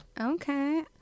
Okay